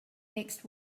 next